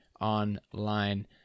Online